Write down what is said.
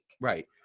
Right